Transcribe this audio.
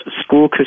School